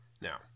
now